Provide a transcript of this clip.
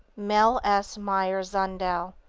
mlle. s. meyer zundel,